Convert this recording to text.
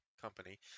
company